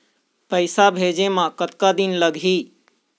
पैसा भेजे मे कतका दिन लगही?